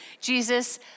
Jesus